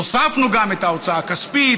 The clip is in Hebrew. הוספנו גם את ההוצאה הכספית,